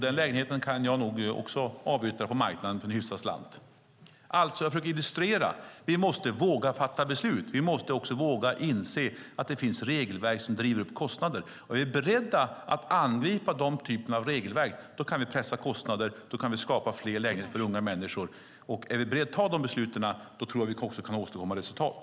Den lägenheten kan jag nog också avyttra på marknaden för en hyfsad slant. Jag försöker illustrera att vi måste våga fatta beslut. Vi måste också våga inse att det finns regelverk som driver upp kostnaderna. Är vi beredda att angripa den typen av regelverk kan vi pressa kostnader och skapa fler lägenheter för unga människor. Är vi beredda att fatta de besluten tror jag att vi också kan åstadkomma resultat.